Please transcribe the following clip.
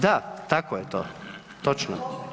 Da, tako je to, točno.